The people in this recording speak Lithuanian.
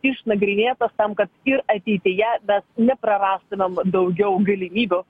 išnagrinėtas tam kad ir ateityje mes neprarastume l daugiau galimybių